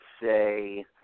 say